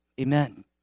Amen